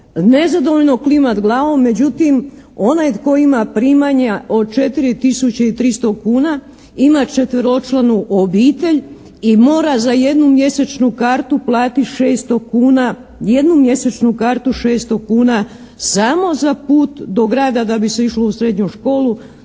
nezadovoljno klimat glavom, međutim onaj tko ima primanja od 4 tisuće i 300 kuna ima 4-članu obitelj i mora za jednu mjesečnu kartu platiti 600 kuna, jednu mjesečnu kartu 600 kuna samo za put do grada da bi se išlo u srednju školu.